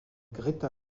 greta